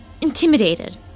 intimidated